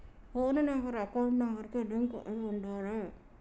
పోను number account number కి link అయ్యి ఉండాలే